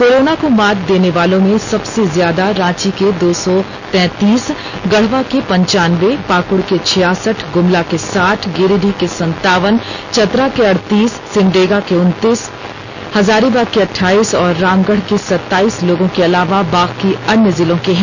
corona को मात देने वालों में सबसे ज्यादा रांची के दो सौ तैंतीस गढ़वा के पंच्यान्बे पाक्ड़ के छियासठ ग़मला के साठ गिरिडीह के संतावन चतरा के अड़तीस सिमडेगा के उनतीस हजारीबाग के अठाइस और रामगढ़ क सताइस लोगों के अलावा बाकी अन्य जिलों के हैं